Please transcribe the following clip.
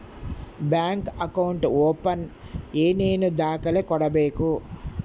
Bank account open ಏನೇನು ದಾಖಲೆ ಕೊಡಬೇಕು?